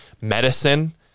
medicine